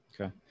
Okay